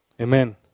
Amen